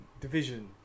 division